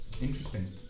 Interesting